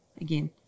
again